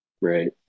Right